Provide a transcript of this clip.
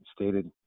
stated